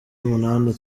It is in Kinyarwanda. umunani